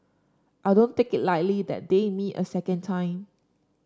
I don't take it lightly that they me a second time